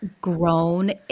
grown